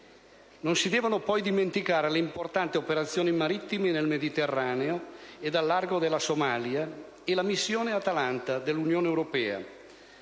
Non si devono poi dimenticare le importanti operazioni marittime nel Mediterraneo ed al largo della Somalia, e la missione Atalanta dell'Unione europea,